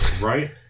Right